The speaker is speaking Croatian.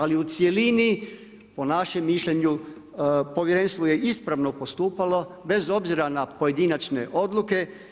Ali u cjelini po našem mišljenju povjerenstvo je ispravno postupalo bez obzira na pojedinačne odluke.